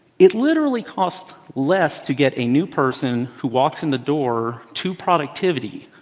it literally cost less to get a new person who walks in the door to productivity.